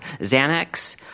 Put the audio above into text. Xanax